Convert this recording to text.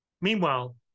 Meanwhile